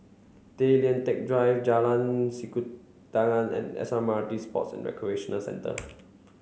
Tay Lian Teck Drive Jalan Sikudangan and S M R T Sports and Recreational Centre